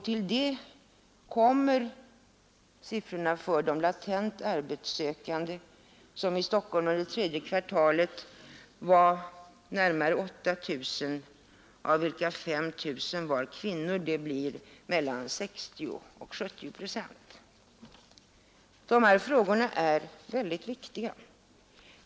Till detta kommer siffrorna för antalet latent arbetssökanden, vilka i Stockholm under tredje kvartalet var närmare 8 000, av vilka 5 000 var kvinnor, dvs. mellan 60 och 70 procent. Dessa frågor är oerhört viktiga.